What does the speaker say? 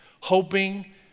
hoping